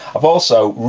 i've also,